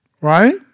Right